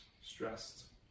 stressed